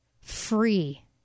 free